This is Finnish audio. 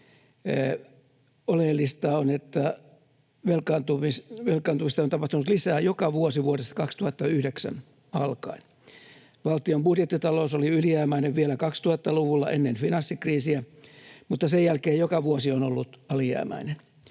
valtion velkaantumista on tapahtunut lisää joka vuosi vuodesta 2009 alkaen. Valtion budjettitalous oli ylijäämäinen vielä 2000-luvulla ennen finanssikriisiä mutta sen jälkeen joka vuosi on ollut alijäämäinen.